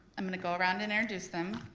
i'm gonna go around and introduce them.